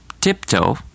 Tiptoe